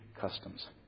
customs